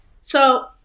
So-